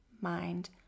mind